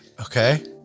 Okay